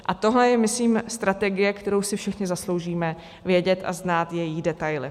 A tohle je, myslím, strategie, kterou si všichni zasloužíme vědět, znát její detaily.